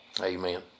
Amen